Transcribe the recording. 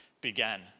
began